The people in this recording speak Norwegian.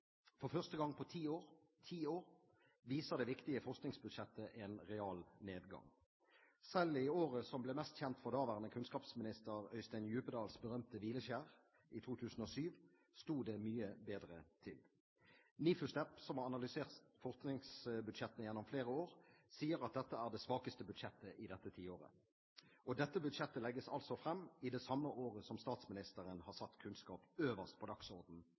For første gang på ti år – ti år – viser det viktige forskningsbudsjettet en real nedgang. Selv i året som ble mest kjent for daværende kunnskapsminister Øystein Djupedals berømte hvileskjær, 2007, sto det mye bedre til. NIFU STEP, som har analysert forskningsbudsjettene gjennom flere år, sier at dette er det svakeste budsjettet i dette tiåret. Og dette budsjettet legges altså fram i det samme året som statsministeren har satt kunnskap øverst på dagsordenen